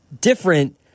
different